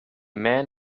man